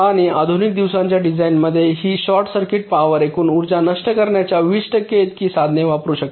आणि आधुनिक दिवसांच्या डिझाइनमध्ये ही शॉर्ट सर्किट पॉवर एकूण उर्जा नष्ट करण्याच्या 20 टक्के इतकी साधने वापरु शकते